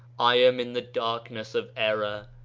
i am in the darkness of error,